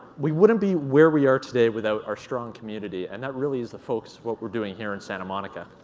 we wouldn't be where we are today without our strong community, and that really is the focus of what we're doing here in santa monica.